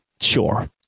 Sure